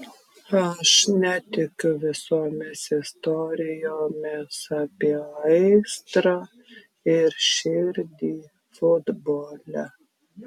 aš netikiu visomis istorijomis apie aistrą ir širdį futbole